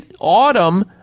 autumn